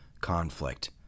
conflict